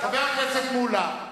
חבר הכנסת מולה,